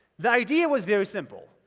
the idea was very simple.